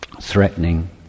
threatening